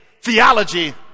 Theology